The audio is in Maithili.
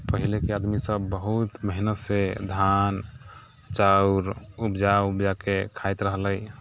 पहिलेके आदमी सब बहुत मेहनतसँ धान चाउर उपजा उपजाके खाइत रहलै